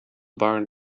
barn